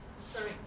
Sorry